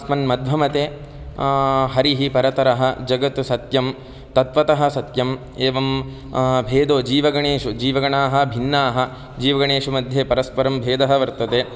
अस्मत् मध्वमते हरिः परतरः जगत् सत्यं तत्त्वतः सत्यम् एवं भेदो जीवगणेषु जीवगणाः भिन्नाः जीवगणेषु मध्ये परस्परं भेदः वर्तते